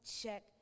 check